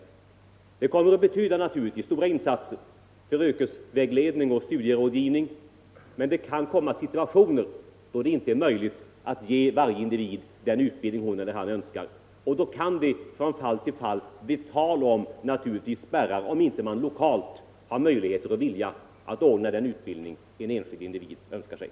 För detta kommer naturligtvis att krävas stora insatser i form av yrkesvägledning och studierådgivning. Men det kan naturligtvis ändå in träffa situationer, där det inte är möjligt att ge varje individ den utbildning han eller hon önskar, och då kan det från fall till fall bli tal om spärrar, om man inte lokalt har möjlighet och vilja att ordna önskad utbildning.